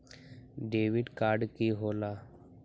Debit card की होला?